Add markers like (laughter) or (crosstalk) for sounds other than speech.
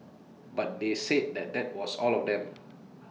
but they said that that was all of them (noise)